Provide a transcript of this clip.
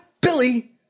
Billy